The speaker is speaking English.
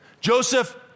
Joseph